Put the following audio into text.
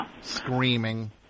Screaming